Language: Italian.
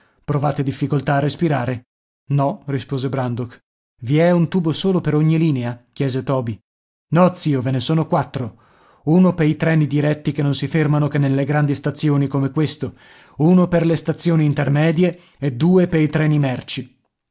provate difficoltà a respirare no rispose randok i è un tubo solo per ogni linea chiese toby no zio ve ne sono quattro uno pei treni diretti che non si fermano che nelle grandi stazioni come questo uno per le stazioni intermedie e due pei treni merci